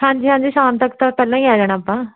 ਹਾਂਜੀ ਹਾਂਜੀ ਸ਼ਾਮ ਤੱਕ ਤਾਂ ਪਹਿਲਾਂ ਹੀ ਆ ਜਾਣਾ ਆਪਾਂ